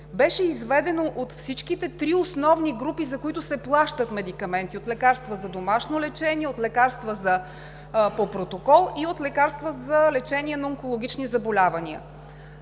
бяха изведени от всичките три основни групи, за които се плащат медикаменти: от лекарства за домашно лечение, от лекарства по протокол и от лекарства за лечение на онкологични заболявания.